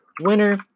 winner